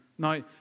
Now